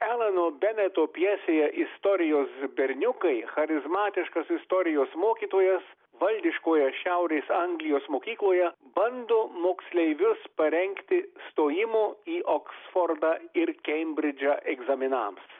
elano benato pjesėje istorijos berniukai charizmatiškas istorijos mokytojas valdiškoje šiaurės anglijos mokykloje bando moksleivius parengti stojimo į oksfordą ir kembridžą egzaminams